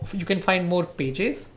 you can find more pages.